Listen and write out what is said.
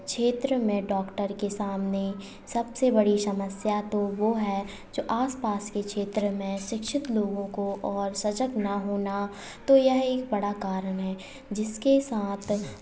क्षेत्र में डॉक्टर के सामने सबसे बड़ी समस्या तो वो है जो आसपास के क्षेत्र में शिक्षित लोगों को और सजग ना होना तो यह एक बड़ा कारण है जिसके साथ